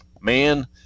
man